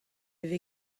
vez